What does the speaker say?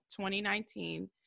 2019